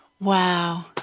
Wow